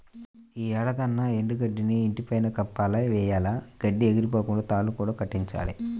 యీ ఏడాదన్నా ఎండు గడ్డిని ఇంటి పైన కప్పులా వెయ్యాల, గడ్డి ఎగిరిపోకుండా తాళ్ళు కూడా కట్టించాలి